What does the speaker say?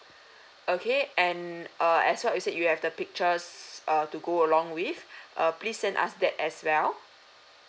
okay and uh as what you said you have the pictures uh to go along with uh please send us that as well